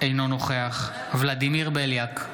אינו נוכח ולדימיר בליאק,